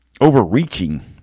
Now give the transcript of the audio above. overreaching